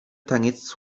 taniec